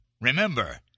Remember